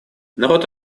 народ